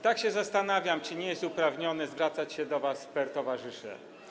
Tak się zastanawiam, czy nie jest uprawnione zwracać się do was per towarzysze.